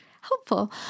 helpful